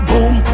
Boom